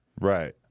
Right